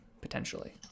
potentially